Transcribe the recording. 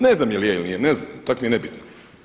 Ne znam jel' je ili nije, ne znam, tak' mi je nebitno.